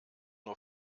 nur